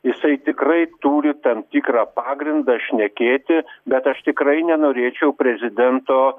jisai tikrai turi tam tikrą pagrindą šnekėti bet aš tikrai nenorėčiau prezidento